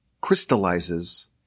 crystallizes